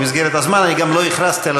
זאת הייתה השאלה, אבל.